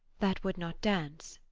that would not dance?